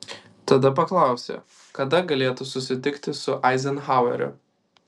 tada paklausė kada galėtų susitikti su eizenhaueriu